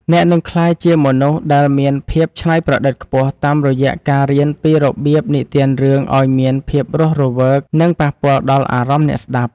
អ្នកនឹងក្លាយជាមនុស្សដែលមានភាពច្នៃប្រឌិតខ្ពស់ តាមរយៈការរៀនពីរបៀបនិទានរឿងឱ្យមានភាពរស់រវើក និងប៉ះពាល់ដល់អារម្មណ៍អ្នកស្ដាប់។